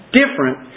different